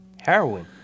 Heroin